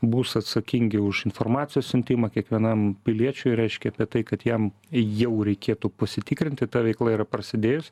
bus atsakingi už informacijos siuntimą kiekvienam piliečiui reiškia apie tai kad jam jau reikėtų pasitikrinti ta veikla yra prasidėjus